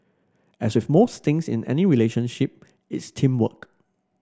as with most things in any relationship it's teamwork